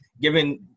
given